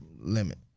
limit